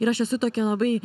ir aš esu tokia labai